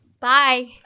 Bye